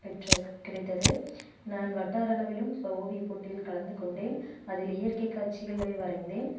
பெற்றக் கிடைத்தது நான் வட்டார அளவிலும் ஓ ஓவியப்போட்டியில் கலந்து கொண்டேன் அதில் இயற்கை காட்சிகளை வரைந்தேன்